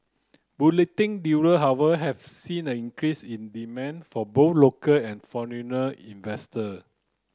dealer however have seen an increase in demand for both local and foreigner investor